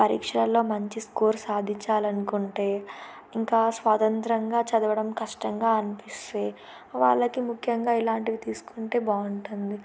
పరీక్షల్లో మంచి స్కోర్ సాధించాలనుకుంటే ఇంకా స్వాతంత్రంగా చదవడం కష్టంగా అనిపిస్తే వాళ్ళకి ముఖ్యంగా ఇలాంటివి తీసుకుంటే బాగుంటుంది